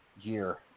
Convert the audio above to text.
Year